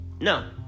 No